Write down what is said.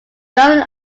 young